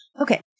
okay